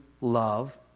love